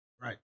Right